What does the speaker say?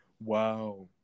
wow